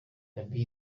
gaby